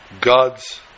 God's